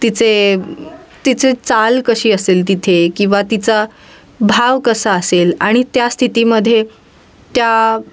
तिचे तिचे चाल कशी असेल तिथे किंवा तिचा भाव कसा असेल आणि त्या स्थितीमध्ये त्या